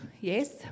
yes